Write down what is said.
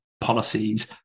policies